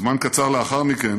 זמן קצר לאחר מכן